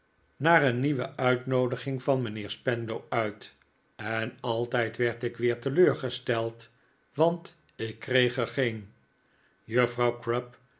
naar een nieuwe uitnoodiging van mijnheer spenlow uit en altijd werd ik weer teleurgestel'd want ik kreeg er geen juffrouw crupp